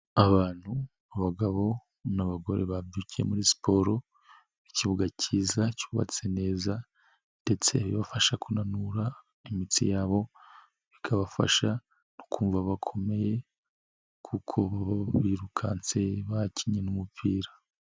Abantu abagabo n'abagore babyukiye muri siporo, ku kibuga cyiza cyubatse neza, ndetse bibafasha kunanura imitsi yabo, bikabafasha no kumva bakomeye, kuko baba birukanse bakinnye n'umupira.